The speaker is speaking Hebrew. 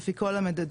לפי כל המדדים,